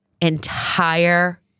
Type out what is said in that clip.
entire